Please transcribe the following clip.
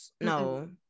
No